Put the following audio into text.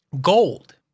gold